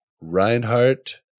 Reinhardt